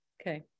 Okay